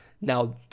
Now